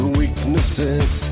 weaknesses